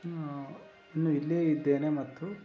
ಇನ್ನೂ ಇಲ್ಲೇ ಇದ್ದೇನೆ ಮತ್ತು